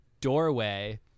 doorway